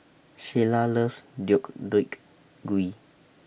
Sheilah loves Deodeok Gui